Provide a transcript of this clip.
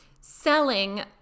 selling